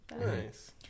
nice